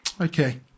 okay